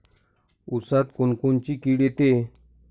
ऊसात कोनकोनची किड येते?